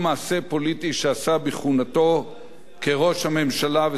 שעשה בכהונתו כראש הממשלה ושר הביטחון,